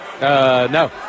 No